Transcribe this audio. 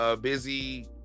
Busy